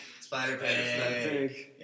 Spider-Pig